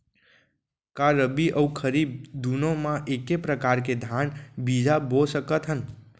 का रबि अऊ खरीफ दूनो मा एक्के प्रकार के धान बीजा बो सकत हन?